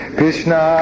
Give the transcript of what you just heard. Krishna